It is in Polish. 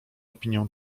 opinię